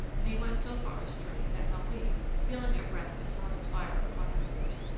and he went so far astray that marie, feeling a breath as hot as fire upon her lips,